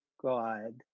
God